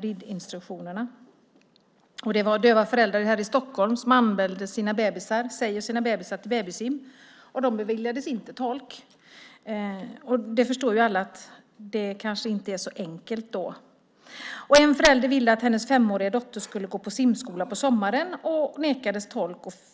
ridinstruktionerna. Ett par döva föräldrar här i Stockholm anmälde sig och sina bebisar till babysim. De beviljades inte tolk. Det förstår ju alla att det inte är så enkelt då. En förälder ville att hennes femåriga dotter skulle gå på simskola på sommaren men nekades tolk.